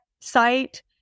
site